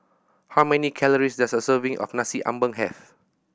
how many calories does a serving of Nasi Ambeng have